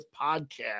podcast